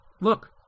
Look